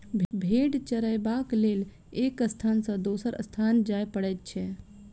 भेंड़ चरयबाक लेल एक स्थान सॅ दोसर स्थान जाय पड़ैत छै